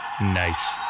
Nice